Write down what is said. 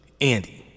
Andy